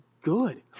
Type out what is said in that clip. good